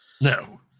No